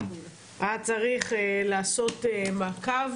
אתה צריך לעשות מעקב